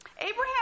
Abraham